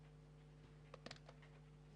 בבקשה.